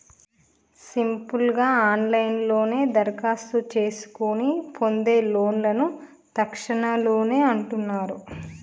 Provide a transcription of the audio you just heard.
simple గా ఆన్లైన్లోనే దరఖాస్తు చేసుకొని పొందే లోన్లను తక్షణలోన్లు అంటున్నరు